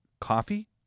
coffee